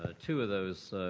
ah two of those.